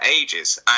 ages